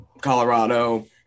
Colorado